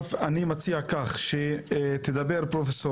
פרופ'